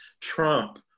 trump